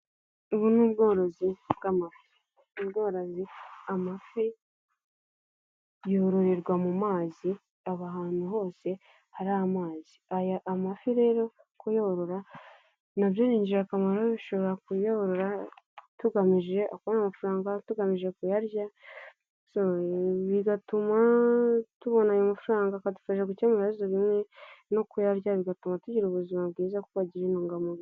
Ubu ni ubworozi bw'amafi, ubworozi amafi yororerwa mu mazi aba ahantu hose hari amazi, aya mafi rero kuyorora ni ingirakamaro dushobora kuyorora tugamije amafaranga, tugamije kuyarya, bigatuma tubona ayo mafaranga tukajya gukemura ibibazo bimwe no kuyarya bigatuma tugira ubuzima bwiza kuko agira intungamubiri.